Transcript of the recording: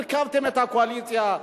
הרכבתם את הקואליציה.